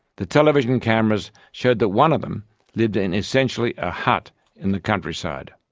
the television cameras showed that one of them lived in essentially a hut in the countryside.